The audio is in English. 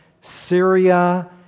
Syria